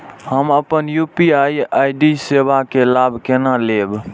हम अपन यू.पी.आई सेवा के लाभ केना लैब?